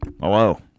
Hello